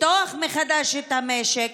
לפתוח מחדש את המשק,